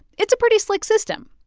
it's a pretty slick system.